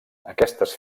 aquestes